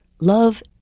Love